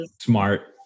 smart